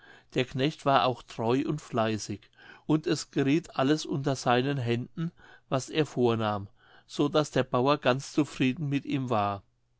der knecht war auch treu und fleißig und es gerieth alles unter seinen händen was er vornahm so daß der bauer ganz zufrieden mit ihm war